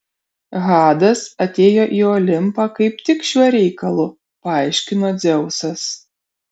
hadas atėjo į olimpą kaip tik šiuo reikalu paaiškino dzeusas